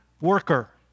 worker